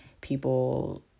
people